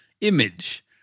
image